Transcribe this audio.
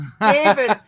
David